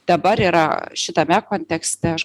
dabar yra šitame kontekste aš